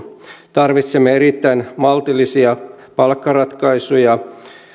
tarvitsemme erittäin maltillisia palkkaratkaisuja